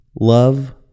love